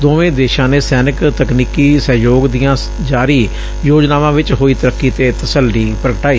ਦੋਵੇਂ ਦੇਸ਼ਾਂ ਨੇ ਸੈਨਿਕ ਤਕਨੀਕੀ ਸਹਿਯੋਗ ਦੀਆਂ ਜਾਰੀ ਯੋਜਨਾਵਾਂ ਵਿਚ ਹੋਈ ਤਰੱਕੀ ਤੇ ਤਸੱਲੀ ਪ੍ਰਗਟਾਈ